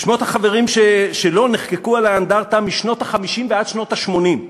ששמות החברים שלו נחקקו על האנדרטה משנות ה-50 ועד שנות ה-80,